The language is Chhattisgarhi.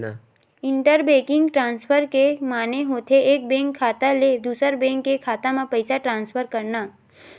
इंटर बेंकिंग ट्रांसफर के माने होथे एक बेंक खाता ले दूसर बेंक के खाता म पइसा ट्रांसफर करना